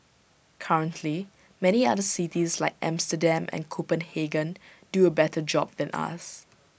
currently many other cities like Amsterdam and Copenhagen do A better job than us